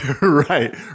Right